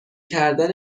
کردن